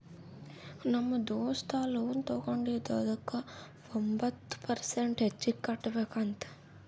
ನಮ್ ದೋಸ್ತ ಲೋನ್ ತಗೊಂಡಿದ ಅದುಕ್ಕ ಒಂಬತ್ ಪರ್ಸೆಂಟ್ ಹೆಚ್ಚಿಗ್ ಕಟ್ಬೇಕ್ ಅಂತ್